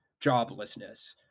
joblessness